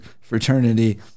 fraternity